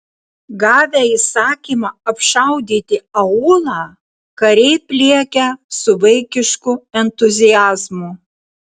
gavę įsakymą apšaudyti aūlą kariai pliekia su vaikišku entuziazmu